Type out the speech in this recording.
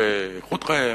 ובאיכות חייהם.